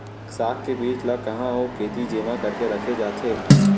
साग के बीज ला कहाँ अऊ केती जेमा करके रखे जाथे?